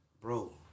Bro